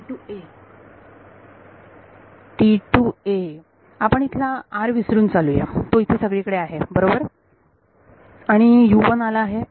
विद्यार्थी T 2 a आपण इथला r विसरून चालूया तो इथे सगळीकडे आहे बरोबर आणि आला आहे